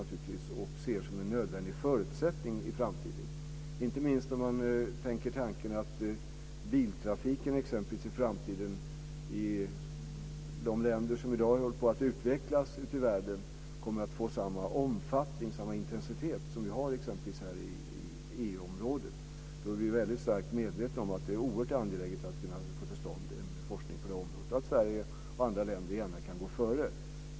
Det är resultat som vi ser som en nödvändig förutsättning, inte minst om vi tänker tanken att exempelvis biltrafiken i framtiden kommer att få samma omfattning i de länder som håller på att utvecklas ute i världen och samma intensitet som vi har i exempelvis EU-området. Vi är starkt medvetna om att det är oerhört angeläget att få till stånd en forskning på det här området. Sverige och andra länder kan gärna gå före.